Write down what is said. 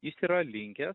jis yra linkęs